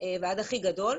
ועד הכי גדול,